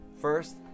first